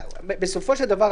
בסופו של דבר,